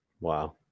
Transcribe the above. wow